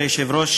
כבוד היושב-ראש,